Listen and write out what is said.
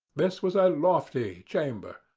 this was ah a lofty chamber,